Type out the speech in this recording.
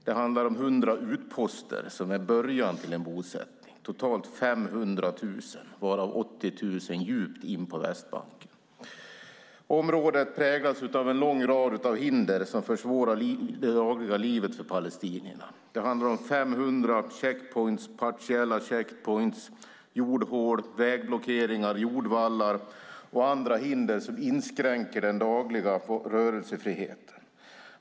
Det handlar om hundra utposter som är början till en bosättning. Det innebär totalt 500 000 varav 80 000 djupt in på Västbanken. Området präglas av en lång rad hinder som försvårar det dagliga livet för palestinierna. Det handlar om 500 checkpoints och partiella checkpoints, jordhål, vägblockeringar, jordvallar och andra hinder som inskränker den dagliga rörelsefriheten.